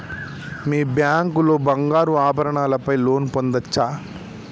మీ bank లో బంగారు ఆభరణాల పై లోన్ పొందచ్చా?